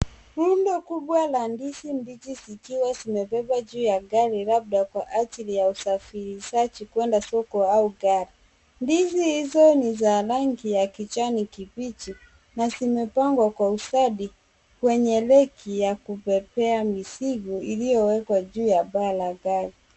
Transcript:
Rundo kubwa la ndizi mbichi zikiwa zimebebwa juu ya gari labda kwa ajili ya usafirishaji kwenda soko au ghala. Ndizi hizo ni za rangi ya kijani kibichi na zimepangwa kwa ustadi kwenye reki ya kubebea mizigo, iliyowekwa juu ya paa la gari.